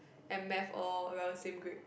and math all around same grade